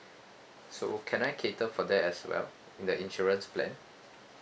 so can I cater for that as well in the insurance plan